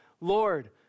Lord